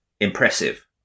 impressive